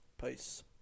peace